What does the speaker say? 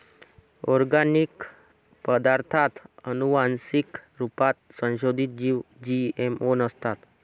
organic पदार्ताथ आनुवान्सिक रुपात संसोधीत जीव जी.एम.ओ नसतात